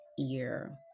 ear